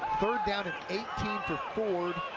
third down and eighteen for ford.